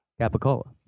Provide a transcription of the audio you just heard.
Capicola